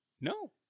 no